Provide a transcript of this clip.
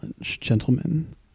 gentlemen